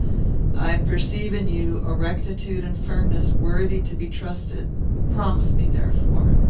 i perceive in you a rectitude and firmness worthy to be trusted promise me, therefore,